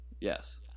Yes